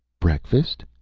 breakfast?